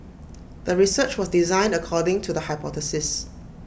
the research was designed according to the hypothesis